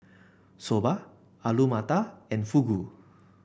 Soba Alu Matar and Fugu